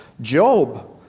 Job